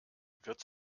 wird